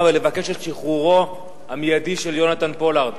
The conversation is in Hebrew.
ולבקש את שחרורו המיידי של יונתן פולארד.